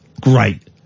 great